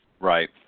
Right